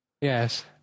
Yes